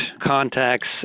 contacts